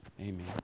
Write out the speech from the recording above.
Amen